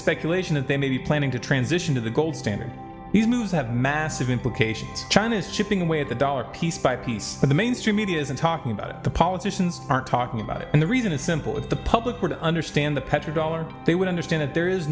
speculation that they may be planning to transition to the gold standard these moves have massive implications china's chipping away at the dollar piece by piece in the mainstream media isn't talking about the politicians aren't talking about it and the reason is simple that the public would understand the petrodollar they would understand that there is